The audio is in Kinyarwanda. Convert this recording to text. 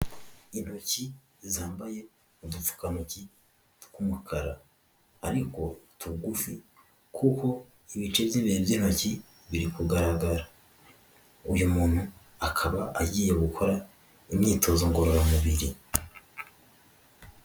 Intoki zambaye udutukantoki tw'umukara, ariko tugufi kuko ibice by'imbere by'intoki biri kugaragara, uyu muntu akaba agiye gukora imyitozo ngororamubiri.